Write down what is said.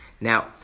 Now